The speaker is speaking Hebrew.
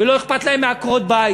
ולא אכפת להם מעקרות-הבית.